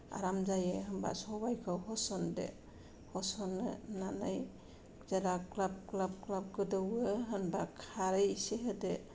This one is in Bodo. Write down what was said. आराम जायो होमबा सबायखौ होस'नदो होसननानै जेला ग्लाब ग्लाब ग्लाब गोदौओ होनबा खारै इसे होदो